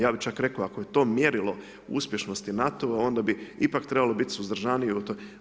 Ja bi čak rekao ako je to mjerilo uspješnosti NATO-a, onda bi ipak trebalo biti suzdržaniji u tome.